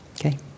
Okay